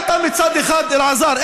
אלעזר,